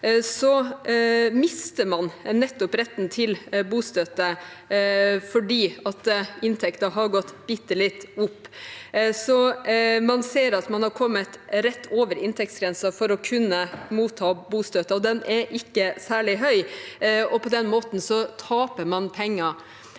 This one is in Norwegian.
mister man retten til bostøtte fordi inntekten har gått bitte litt opp. Man ser at man har kommet rett over inntektsgrensen for å kunne motta bostøtte – og den er ikke særlig høy – og på den måten taper man penger.